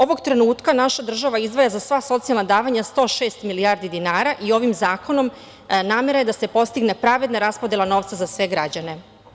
Ovog trenutka naša država izdvaja za sva socijalna davanja 106 milijardi dinara i ovim zakonom namera je da se postigne pravedna raspodela novca za sve građane.